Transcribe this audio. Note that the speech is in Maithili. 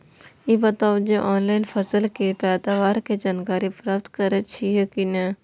ई बताउ जे ऑनलाइन फसल के पैदावार के जानकारी प्राप्त करेत छिए की नेय?